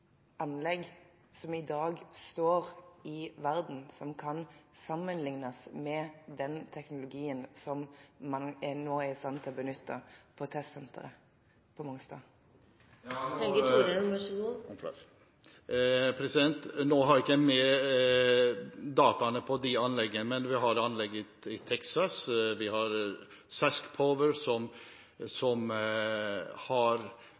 anlegg som i dag står i verden, som kan sammenlignes med den teknologien som man nå er i stand til å benytte på testsenteret på Mongstad? Nå har jeg ikke med dataene på de anleggene, men vi har det anlegget i Texas, og vi har SaskPower, som har